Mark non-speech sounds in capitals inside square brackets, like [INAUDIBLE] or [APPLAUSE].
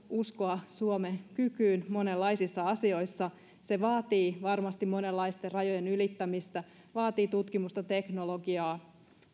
[UNINTELLIGIBLE] uskoa suomen kykyyn monenlaisissa asioissa se vaatii varmasti monenlaisten rajojen ylittämistä vaatii tutkimusta teknologiaa